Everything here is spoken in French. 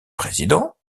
président